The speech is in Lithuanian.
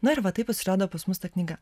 na ir va taip atsirado pas mus ta knyga